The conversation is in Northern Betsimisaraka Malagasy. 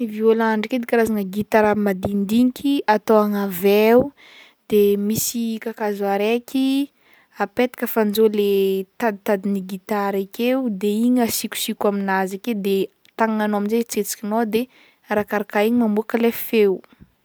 Violon ndraiky edy karazagna gitara madinidiniky atao an'aveho, de misy kajazo araiky apetaka fanjoy le taditadin'i gitara i akeo de igny asikosiko amin'azy akeo de tagnagnan'anao amizay ahetsihetsikinao de arakaraka igny mamoaka lay feo.